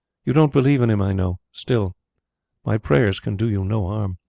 you don't believe in him, i know still my prayers can do you no harm.